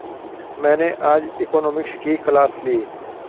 मैंने आज इकोनॉमिक्स की क्लास ली